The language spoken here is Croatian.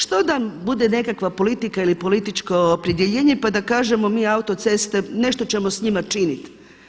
Što da bude nekakva politika ili političko opredjeljenje pa da kažemo mi autoceste nešto ćemo s njima činiti.